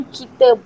kita